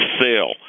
sale